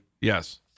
Yes